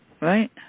Right